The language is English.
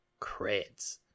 creds